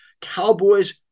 Cowboys